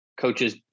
Coaches